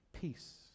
peace